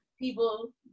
people